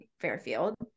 Fairfield